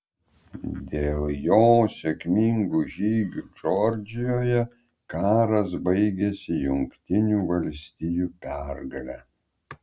dėl jo sėkmingų žygių džordžijoje karas baigėsi jungtinių valstijų pergale